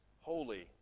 holy